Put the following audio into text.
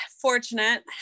fortunate